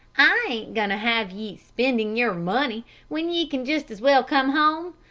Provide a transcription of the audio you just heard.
i ain't goin' to have ye spendin' your money when ye can just as well come home.